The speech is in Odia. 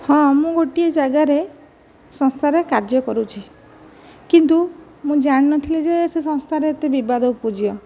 ହଁ ମୁଁ ଗୋଟିଏ ଜାଗାରେ ସଂସ୍ଥାରେ କାର୍ଯ୍ୟ କରୁଛି କିନ୍ତୁ ମୁଁ ଜାଣିନଥିଲି ଯେ ସେ ସଂସ୍ଥାରେ ଏତେ ବିବାଦ ଉପୁଜିବ